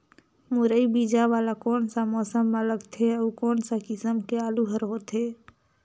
मुरई बीजा वाला कोन सा मौसम म लगथे अउ कोन सा किसम के आलू हर होथे?